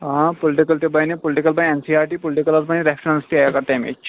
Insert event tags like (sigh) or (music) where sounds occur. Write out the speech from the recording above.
آ پُلٹِکل تہِ بَنہِ پُلٹِکل بنہِ N C R T political حظ بنہِ ریفرنس (unintelligible) تہِ تٔمِچ